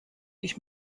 ich